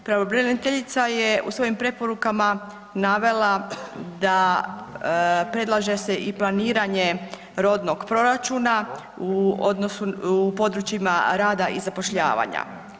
Pravobraniteljica je u svojim preporukama navela da predlaže se i planiranje rodnog proračuna u područjima rada i zapošljavanja.